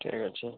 ଠିକ୍ ଅଛି